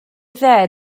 dde